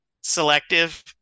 selective